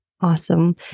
Awesome